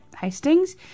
Hastings